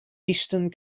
eastern